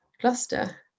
cluster